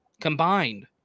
combined